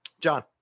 John